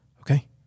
Okay